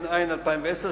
התש"ע 2010,